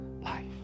life